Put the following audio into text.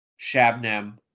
Shabnam